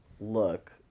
look